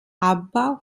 abbau